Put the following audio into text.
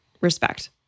respect